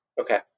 Okay